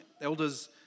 Elders